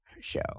show